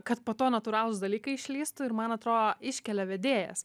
kad po to natūralūs dalykai išlįstų ir man atro iškelia vedėjas